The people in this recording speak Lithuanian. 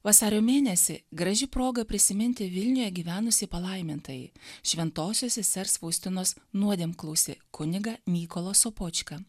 vasario mėnesį graži proga prisiminti vilniuje gyvenusį palaimintąjį šventosios sesers faustinos nuodėmklausį kunigą mykolą sopočką